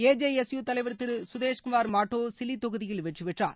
ஏ J S U தலைவர் திரு சுதேஷ்குமார் மாட்டோ சிலி தொகுதியில் வெற்றி பெற்றார்